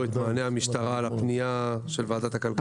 את נוהלי המשטרה לפנייה של ועדת הכללה.